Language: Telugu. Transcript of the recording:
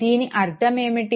దీని అర్ధం ఏమిటి